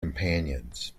companions